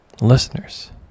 listeners